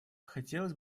хотелось